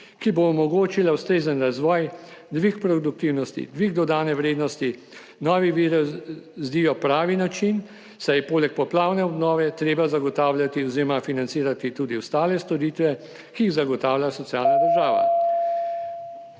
ki bo omogočila ustrezen razvoj, dvig produktivnosti, dvig dodane vrednosti, nove vire, zdijo pravi način, saj je poleg poplavne obnove treba zagotavljati oziroma financirati tudi ostale storitve, ki jih zagotavlja socialna država.